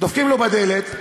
דופקים לו בדלת,